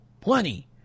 plenty